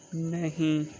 नहीं